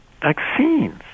vaccines